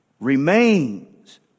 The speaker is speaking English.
remains